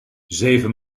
zeven